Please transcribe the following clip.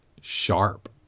sharp